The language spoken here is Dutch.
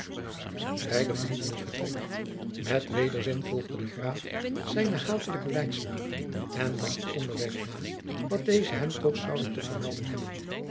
beide verlieten het vertrek met wederzin volgde de graaf zijnen hatelijken leidsman en dacht onderweg na wat deze hem toch zoude te vermelden hebben